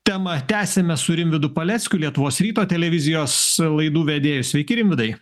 temą tęsime su rimvydu paleckiu lietuvos ryto televizijos laidų vedėju sveiki rimvydai